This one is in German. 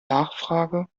nachfrage